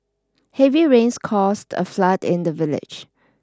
heavy rains caused a flood in the village